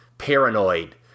paranoid